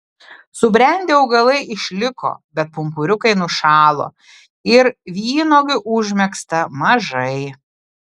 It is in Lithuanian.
subrendę augalai išliko bet pumpuriukai nušalo ir vynuogių užmegzta mažai